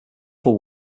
civil